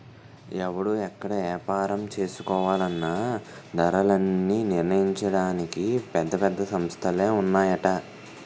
ఎవడు ఎక్కడ ఏపారం చేసుకోవాలన్నా ధరలన్నీ నిర్ణయించడానికి పెద్ద పెద్ద సంస్థలే ఉన్నాయట